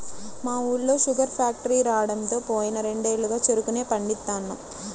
మా ఊళ్ళో sugar factory రాడంతో పోయిన రెండేళ్లుగా చెరుకునే పండిత్తన్నాం